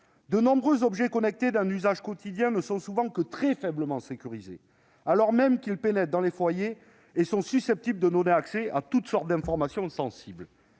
De nombreux objets connectés d'un usage quotidien ne sont souvent que très faiblement sécurisés, alors même qu'ils pénètrent dans les foyers et sont susceptibles de donner accès à toutes sortes d'informations sensibles.